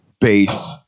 base